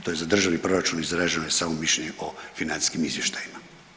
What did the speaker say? To je za državni proračun izraženo je samo mišljenje o financijskim izvještajima.